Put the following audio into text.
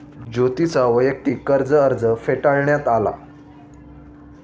ज्योतीचा वैयक्तिक कर्ज अर्ज फेटाळण्यात आला